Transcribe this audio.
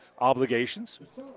obligations